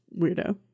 weirdo